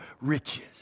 riches